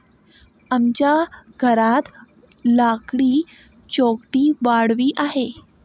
आमच्या घरात लाकडी चौकटीत वाळवी आहे